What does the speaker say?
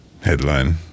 headline